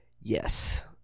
Yes